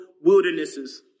wildernesses